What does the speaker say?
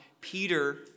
Peter